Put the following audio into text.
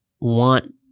want